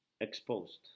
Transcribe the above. exposed